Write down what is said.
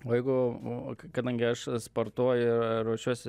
o jeigu o kadangi aš sportuoju ir ruošiuosi